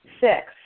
Six